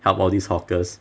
help all these hawkers